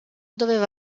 doveva